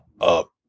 up